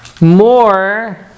more